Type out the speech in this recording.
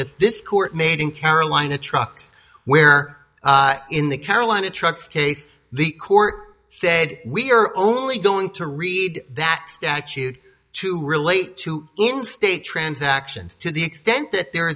that this court made in carolina trucks where in the carolina trucks case the court said we are only going to read that statute to relate to in state transactions to the extent that the